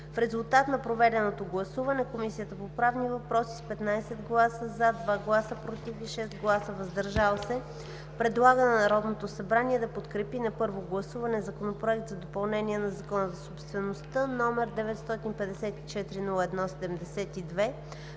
В резултат на проведеното гласуване, Комисията по правни въпроси с 15 гласа „за“, 2 гласа „против“ и 6 гласа „въздържал се“, предлага на Народното събрание да подкрепи на първо гласуване Законопроект за допълнение на Закона за собствеността, № 954-01-72,